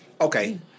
Okay